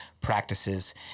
practices